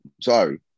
sorry